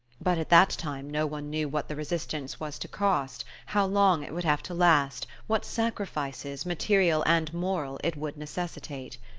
but at that time no one knew what the resistance was to cost, how long it would have to last, what sacrifices, material and moral, it would necessitate.